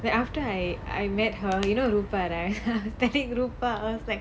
after I I met her you know rupar right I was telling rupar I was like